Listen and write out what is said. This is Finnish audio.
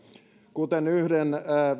kuten